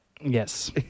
Yes